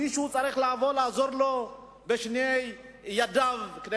מישהו צריך לעזור לו בשתי ידיו כדי